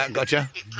gotcha